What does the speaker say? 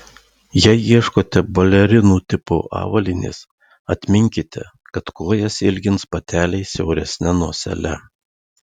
jei ieškote balerinų tipo avalynės atminkite kad kojas ilgins bateliai siauresne nosele